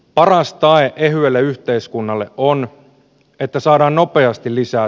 paras tae hyvälle yhteiskunnalle vuonna että saadaan nopeasti lisää